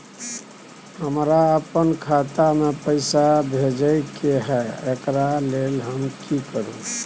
हमरा अपन खाता में पैसा भेजय के है, एकरा लेल हम की करू?